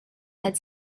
had